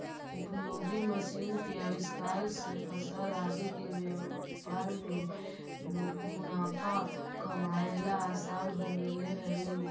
उपयोगी मशीन के आविष्कार से फल आदि के व्यापार में मुनाफा कमाएला असान हो गेले हई